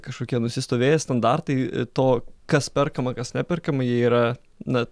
kažkokie nusistovėję standartai to kas perkama kas neperkama jie yra na